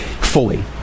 fully